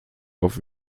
auf